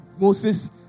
Moses